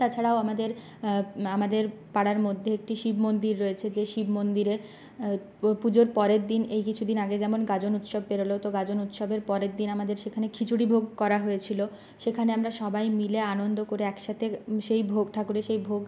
তাছাড়াও আমাদের আমাদের পাড়ার মধ্যে একটি শিব মন্দির রয়েছে যে শিব মন্দিরে পুজোর পরের দিন এই কিছুদিন আগে যেমন গাজন উৎসব পেরোলো তো গাজন উৎসবের পরের দিন আমাদের সেখানে খিচুড়ি ভোগ করা হয়েছিল সেখানে আমরা সবাই মিলে আনন্দ করে একসাথে সেই ভোগ ঠাকুরের সেই ভোগ